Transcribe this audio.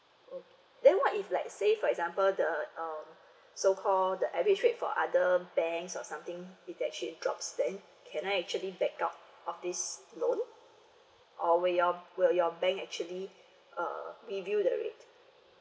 then what if let's say for example the um so called the average rate for other banks or something it actually drops then can I actually back out of this loan or will your your will your bank actually uh review the rate